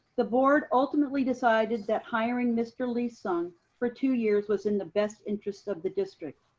the board ultimately decided that hiring mr. lee-sung for two years was in the best interest of the district.